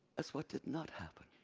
as what did not happen.